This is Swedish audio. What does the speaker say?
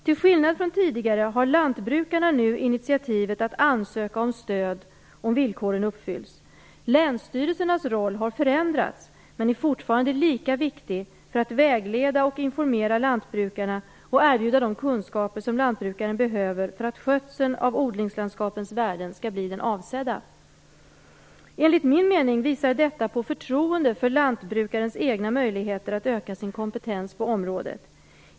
Till skillnad från tidigare har lantbrukarna nu initiativet att ansöka om stöd om villkoren uppfylls. Länsstyrelsernas roll har förändrats men är fortfarande lika viktig för att vägleda och informera lantbrukarna och erbjuda de kunskaper som lantbrukaren behöver för att skötseln av odlingslandskapets värden skall bli den avsedda. Enligt min mening visar detta på förtroende för lantbrukarens egna möjligheter att öka sin kompetens på området.